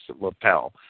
lapel